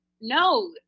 no